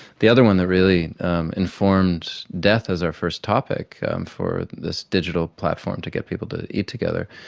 the other one that really informed death as our first topic for this digital platform to get people to eat together,